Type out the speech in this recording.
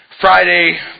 Friday